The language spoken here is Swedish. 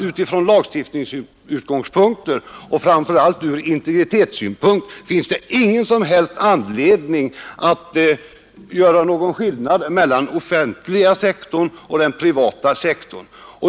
Utifrån lagstiftningssynpunkt, och framför allt ur integritetssynpunkt, finns det enligt min mening ingen som helst anledning att göra någon skillnad mellan den offentliga sektorn och den privata.